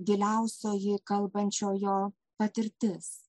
giliausioji kalbančiojo patirtis